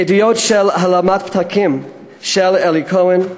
עדויות על העלמת פתקים של אלי כהן,